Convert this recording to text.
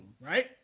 right